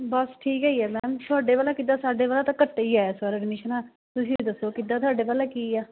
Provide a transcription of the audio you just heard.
ਬਸ ਠੀਕ ਏ ਹੀ ਆ ਮੈਮ ਤੁਹਾਡੇ ਵੱਲ ਕਿੱਦਾਂ ਸਾਡੇ ਵੱਲ ਤਾਂ ਘੱਟੇ ਏ ਹੀ ਆ ਸਰ ਐਡਮਿਸ਼ਨਾ ਤੁਸੀਂ ਦੱਸੋ ਕਿੱਦਾਂ ਤੁਹਾਡੇ ਵੱਲ ਕੀ ਆ